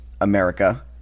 America